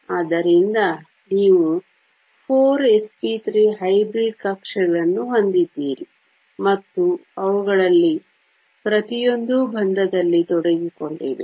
ಆದ್ದರಿಂದ ನೀವು 4sp3 hybrid ಕಕ್ಷೆಗಳನ್ನು ಹೊಂದಿದ್ದೀರಿ ಮತ್ತು ಅವುಗಳಲ್ಲಿ ಪ್ರತಿಯೊಂದೂ ಬಂಧದಲ್ಲಿ ತೊಡಗಿಕೊಂಡಿವೆ